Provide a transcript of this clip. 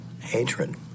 hatred